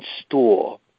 store